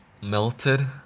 melted